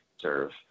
serve